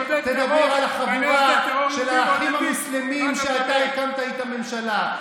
תדבר על החבורה של האחים המוסלמים שאתה הקמת איתם ממשלה,